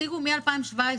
הציגו מ-2017.